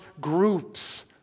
groups